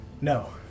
No